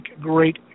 great